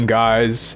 guys